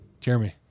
Jeremy